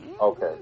okay